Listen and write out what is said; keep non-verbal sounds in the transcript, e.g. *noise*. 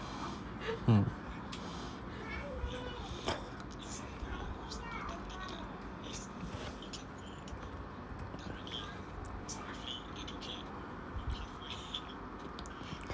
mm *breath*